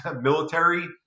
military